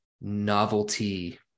novelty